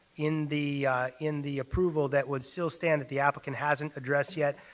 in the in the approval that would still stand that the applicant hasn't addressed yet.